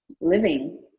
living